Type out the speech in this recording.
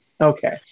Okay